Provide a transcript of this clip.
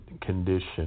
condition